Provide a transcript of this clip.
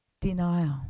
Denial